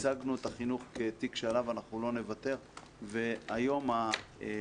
הצגנו את החינוך כתיק שעליו אנחנו לא נוותר והיום ההשלמה